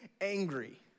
angry